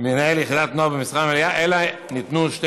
מנהל יחידת נוער במשרה מלאה אלא ניתנו שתי